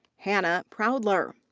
hannah proudler.